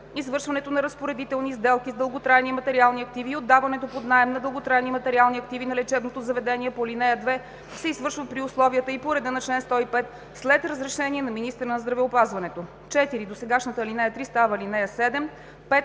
Извършването на разпоредителни сделки с дълготрайни материални активи и отдаването под наем на дълготрайни материални активи на лечебното заведение по ал. 2 се извършва при условията и по реда на чл. 105 след разрешение на министъра на здравеопазването.“ 4. Досегашната ал. 3 става ал. 7.